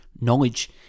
knowledge